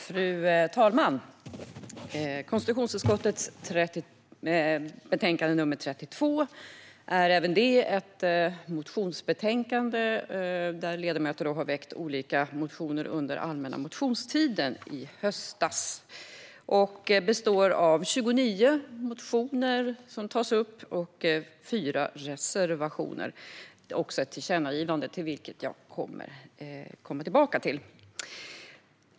Fru talman! Konstitutionsutskottets betänkande nr 32 är även det ett motionsbetänkande, där ledamöter har väckt olika motioner under den allmänna motionstiden i höstas. I betänkandet behandlas 29 motioner. Det innehåller dessutom fyra reservationer samt ett tillkännagivande, som jag återkommer till.